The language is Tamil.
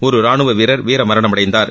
ஒரு ராணுவ வீரர் வீரமரணமடைந்தார்